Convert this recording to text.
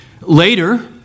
Later